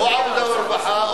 או עבודה ורווחה או כספים.